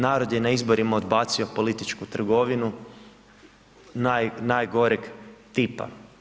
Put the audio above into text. Narod je na izborima odbacio političku trgovinu najgoreg tipa.